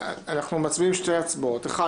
אנחנו מצביעים בשתי הצבעות: האחת,